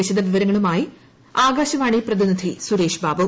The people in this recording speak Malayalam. വിശദവിവരങ്ങളുമായി ആകാശവാണി പ്രതിനിധി സുരേഷ് ബാബു